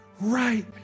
right